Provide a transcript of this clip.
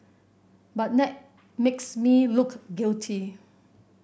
but that makes me look guilty